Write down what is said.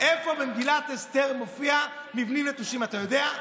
איפה במגילת אסתר מופיעים מבנים נטושים, אתה יודע?